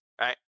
right